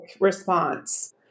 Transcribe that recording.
response